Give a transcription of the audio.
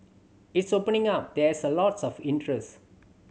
it's opening up there's lots of interest